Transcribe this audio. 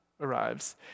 arrives